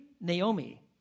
Naomi